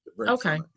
Okay